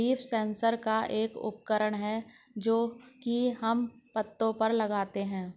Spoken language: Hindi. लीफ सेंसर एक उपकरण है जो की हम पत्तो पर लगाते है